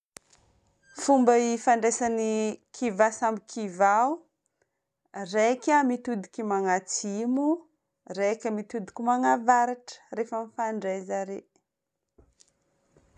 Fomba infandraisagn'ny kiva samy kiva ao: raika mitodiky magnatsimo, raika mitodiky magnavaratra rehefa mifandray zare.